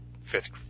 fifth